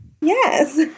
Yes